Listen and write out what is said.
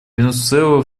венесуэла